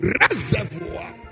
reservoir